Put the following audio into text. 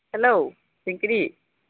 हेल' थिंख्रि